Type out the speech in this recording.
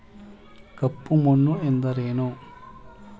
ಕಪ್ಪು ಮಣ್ಣು ಎಂದರೇನು?